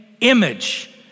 image